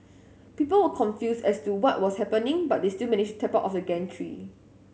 people were confused as to what was happening but they still managed tap out of the gantry